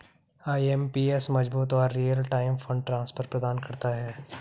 IMPS मजबूत और real time fund transfer प्रदान करता है